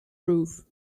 roof